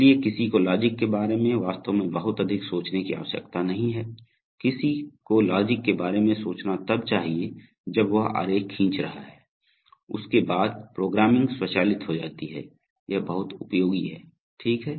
इसलिए किसी को लॉजिक के बारे में वास्तव में बहुत अधिक सोचने की आवश्यकता नहीं है किसी को लॉजिक के बारे में सोचना तब चाहिए जबकि वह आरेख खींच रहा है उसके बाद प्रोग्रामिंग स्वचालित हो जाती है यह बहुत उपयोगी है ठीक है